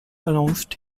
announced